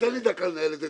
תן לי דקה לנהל את זה.